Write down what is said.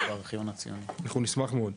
אנחנו נשמח מאוד.